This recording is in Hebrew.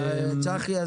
צחי,